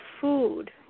food